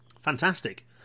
Fantastic